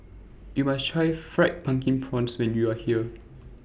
YOU must Try Fried Pumpkin Prawns when YOU Are here